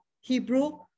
hebrew